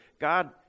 god